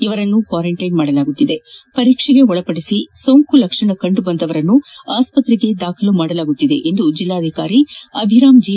ಇವರನ್ನು ಕ್ವಾರಂಟೈನ್ ಮಾಡಲಾಗುತ್ತಿದೆ ಪರೀಕ್ಷೆಗೆ ಒಳಪಡಿಸಿ ಸೋಂಕು ಲಕ್ಷಣ ಕಂಡುಬಂದವರನ್ನು ಆಸ್ತ್ರೆಗೆ ದಾಖಲು ಮಾಡಲಾಗುತ್ತಿದೆ ಎಂದು ಜಲಾಧಿಕಾರಿ ಅಭಿರಾಂ ಜಿ